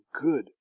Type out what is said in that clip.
good